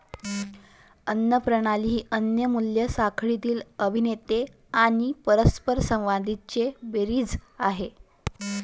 अन्न प्रणाली ही अन्न मूल्य साखळीतील अभिनेते आणि परस्परसंवादांची बेरीज आहे